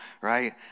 right